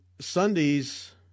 Sundays